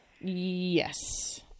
yes